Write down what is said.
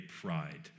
pride